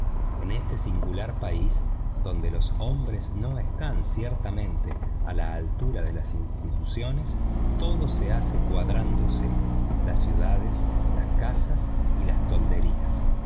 en este singular país donde los hombres no están ciertamente a la altura de las instituciones todo se hace cuadrándose las ciudades las casas y las tolderías a